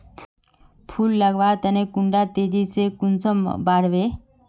फुल लगवार तने कुंडा तेजी से कुंसम बार वे?